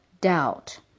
doubt